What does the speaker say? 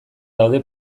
daude